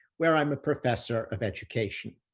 where i'm a professor of education.